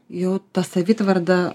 jau ta savitvarda